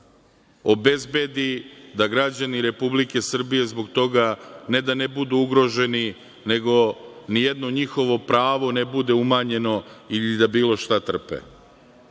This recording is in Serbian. obezbedi da građani Republike Srbije zbog toga ne da ne budu ugroženi, nego ni jedno njihovo pravo ne bude umanjeno ili da bilo šta